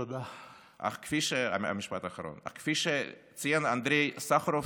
אך כפי שציין אנדריי סחרוב,